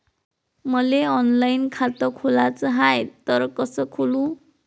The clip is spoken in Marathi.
मले ऑनलाईन खातं खोलाचं हाय तर कस खोलू?